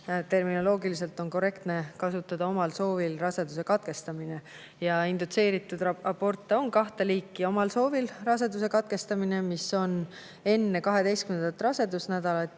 Terminoloogiliselt on korrektne kasutada [terminit] "omal soovil raseduse katkestamine". Ja indutseeritud aborte on kahte liiki: omal soovil raseduse katkestamine, mis on enne 12. rasedusnädalat,